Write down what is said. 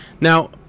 Now